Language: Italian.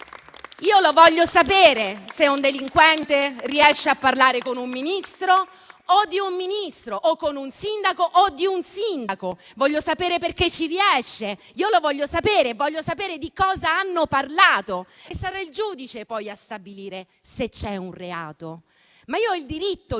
Voglio sapere se un delinquente riesce a parlare con un ministro o di un ministro o con un sindaco o di un sindaco: voglio sapere perché ci riesce e voglio altresì sapere di cosa hanno parlato. Sarà poi il giudice a stabilire se c'è un reato. Io ho però il diritto, in